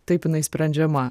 taip jinai sprendžiama